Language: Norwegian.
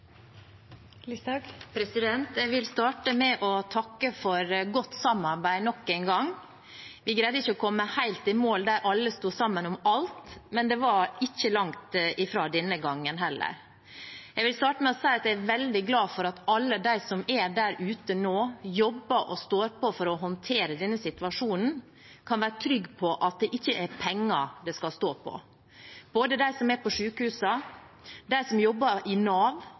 Jeg vil starte med å takke for godt samarbeid nok en gang. Vi greide ikke å komme helt i mål der alle sto sammen om alt, men det var ikke langt ifra denne gangen heller. Jeg vil starte med å si at jeg er veldig glad for at alle de som er der ute nå og jobber og står på for å håndtere denne situasjonen, kan være trygge på at det ikke er penger det skal stå på. Det gjelder både de som er på sykehusene, og de som jobber i Nav og nå står overfor den største utfordringen Nav